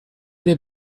they